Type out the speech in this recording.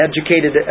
educated